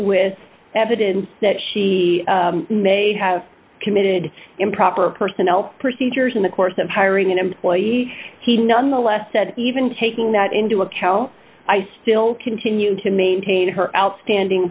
with evidence that she may have committed improper personnel procedures in the course of hiring an employee he nonetheless said even taking that into account i still continue to maintain her outstanding